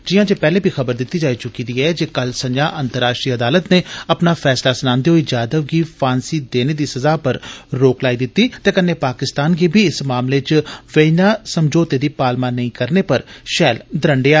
जियां जे पैहले बी खबर दित्ती जाई चुकी दी ऐ जे कल संञा अंतर्राश्ट्रीय अदालत नै अपना फैसला सनांदे होई जाधव गी फांसी देने दी सजा पर रोक लाई दित्ती ते कन्नै पाकिस्तान गी बी इस मामले च वीयना समझौते दी पालमा नेई करने पर षैल द्रंडेया